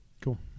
Cool